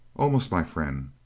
almost my friend.